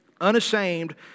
Unashamed